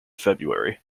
february